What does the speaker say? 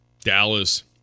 Dallas –